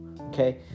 Okay